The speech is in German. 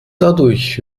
dadurch